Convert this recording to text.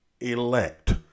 elect